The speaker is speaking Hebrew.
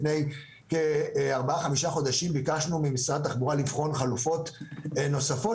לפני כארבעה-חמישה חודשים ביקשנו ממשרד התחבורה לבחון חלופות נוספות